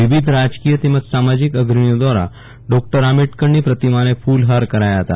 વિવિધ રાજકીય તેમજ સામાજિક અગ્રણીઓ દ્વારા ડૉકટર આંબેડકરની પ્રતિમાને ફૂલહાર કરાયા હતા